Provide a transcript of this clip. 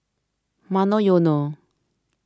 Monoyono